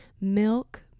milk